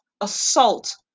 assault